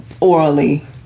Orally